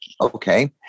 okay